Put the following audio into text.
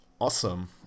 Awesome